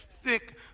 thick